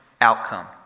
outcome